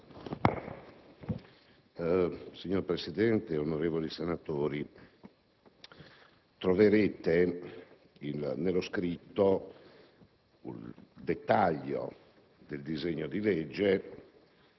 Signor Presidente, onorevoli senatori, poiché troverete nello scritto i dettagli del disegno di legge